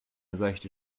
seichte